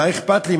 מה אכפת לי,